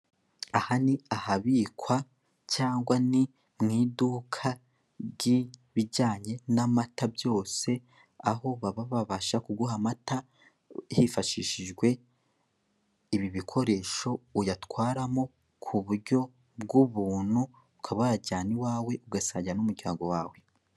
Aha ni ahabikwa cyangwa ni mu iduka ry'ibijyanye n'amata byose, aho baba babasha kuguha amata hifashishijwe ibi bikoresho uyatwaramo ku buryo bw'ubuntu, ukaba wayajyana iwawe ugasagira n'umuryango wawe.